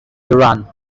duran